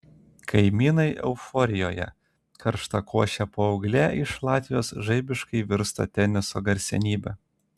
kaimynai euforijoje karštakošė paauglė iš latvijos žaibiškai virsta teniso garsenybe